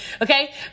Okay